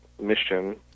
mission